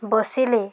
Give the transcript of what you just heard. ବସିଲେ